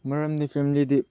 ꯃꯔꯝꯗꯤ ꯐꯦꯃꯤꯂꯤꯗꯤ